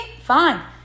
fine